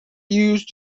used